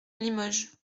limoges